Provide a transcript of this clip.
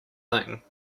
thing